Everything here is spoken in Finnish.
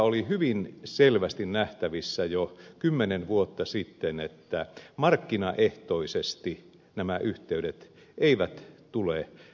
oli hyvin selvästi nähtävissä jo kymmenen vuotta sitten se asia että markkinaehtoisesti nämä yhteydet eivät tule etenemään